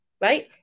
right